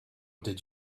did